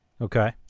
Okay